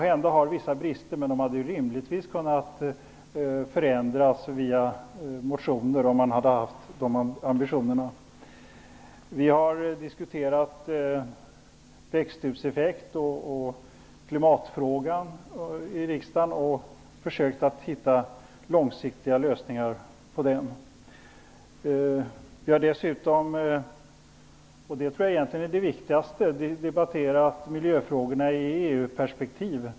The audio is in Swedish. Den har måhända vissa brister, men den hade rimligtvis kunnat förändras via motioner om man hade haft de ambitionerna. Vi har i riksdagen diskuterat växthuseffekt och klimatfrågan och försökt att hitta långsiktiga lösningar på de problemen. Vi har dessutom, och det tror jag egentligen är det viktigaste, debatterat miljöfrågorna i ett EU perspektiv.